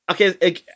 Okay